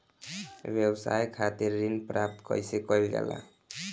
व्यवसाय खातिर ऋण प्राप्त कइसे कइल जाला?